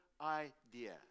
idea